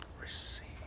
Receive